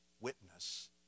witness